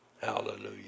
Hallelujah